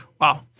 Wow